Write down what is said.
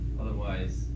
otherwise